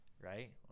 right